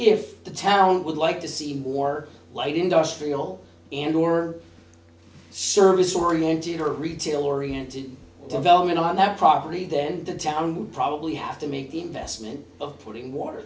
if the town would like to see more light industrial and or service oriented or retail oriented development on that property then the town would probably have to make the investment of putting water